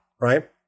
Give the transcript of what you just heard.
right